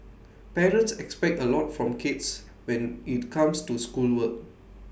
parents expect A lot from kids when IT comes to schoolwork